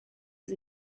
was